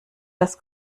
das